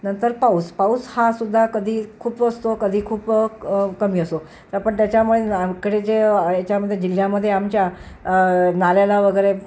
नंतर पाऊस पाऊस हासुद्धा कधी खूप असतो कधी खूप कमी असतो तर पण त्याच्यामुळे कडे जे याच्यामध्ये जिल्ह्यामध्ये आमच्या नाल्याला वगैरे